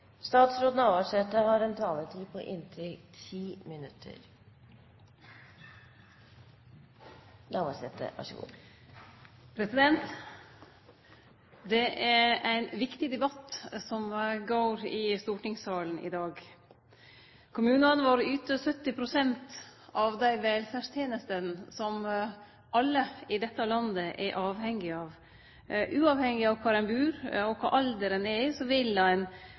i stortingssalen i dag. Kommunane våre yter 70 pst. av dei velferdstenestene som alle i dette landet er avhengige av. Uavhengig av kvar ein bur og kva for alder ein er i, vil ein